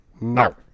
no